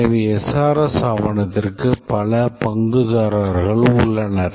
எனவே SRS ஆவணத்திற்கு பல பங்குதாரர்கள் உள்ளனர்